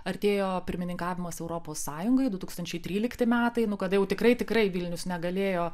artėjo pirmininkavimas europos sąjungai du tūkstančiai trylikti metai nu kada jau tikrai tikrai vilnius negalėjo